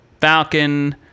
Falcon